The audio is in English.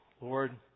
Lord